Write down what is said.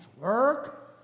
work